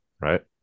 right